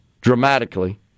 dramatically